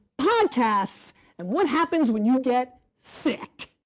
podcasts and what happens when you get sick.